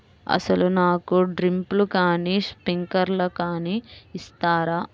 అసలు నాకు డ్రిప్లు కానీ స్ప్రింక్లర్ కానీ ఇస్తారా?